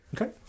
Okay